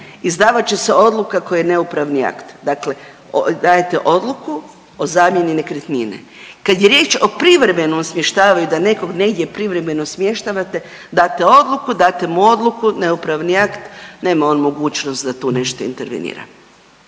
izdavat će se odluka koja je neupravni akt, dakle dajete odluku o zamjeni nekretnine. Kad je riječ o privremenom smještavanju da nekog negdje privremeno smještavate, date odluku, date mu odluku, neupravni akt, nema on mogućnost da tu nešto intervenira.